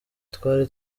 twari